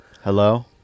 Hello